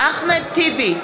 אחמד טיבי,